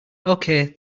okay